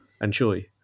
enjoy